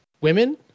women